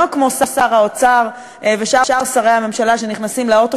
לא כמו שר האוצר ושאר שרי הממשלה שנכנסים לאוטו